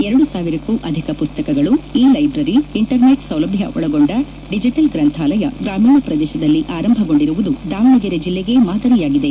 ಎರಡು ಸಾವಿರಕ್ಕೂ ಅಧಿಕ ಪುಸ್ತಕಗಳು ಇ ಲೈಬ್ರರಿ ಇಂಟರ್ನೆಟ್ ಸೌಲಭ್ಯ ಒಳಗೊಂಡ ಡಿಜಿಟಲ್ ಗ್ರಂಥಾಲಯ ಗ್ರಾಮೀಣ ಪ್ರದೇಶದಲ್ಲಿ ಆರಂಭಗೊಂಡಿರುವುದು ದಾವಣಗೆರೆ ಜಿಲ್ಲೆಗೆ ಮಾದರಿಯಾಗಿದೆ